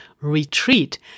retreat